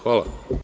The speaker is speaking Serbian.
Hvala.